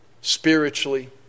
spiritually